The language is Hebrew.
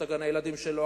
את גני-הילדים שלו,